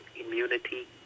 immunity